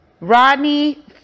Rodney